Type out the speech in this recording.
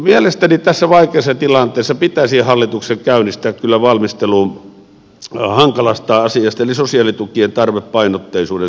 mielestäni tässä vaikeassa tilanteessa pitäisi hallituksen käynnistää kyllä valmistelu hankalasta asiasta eli sosiaalitukien tarvepainotteisuuden selvittämisestä